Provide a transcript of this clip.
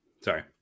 Sorry